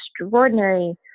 extraordinary